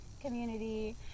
community